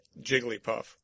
Jigglypuff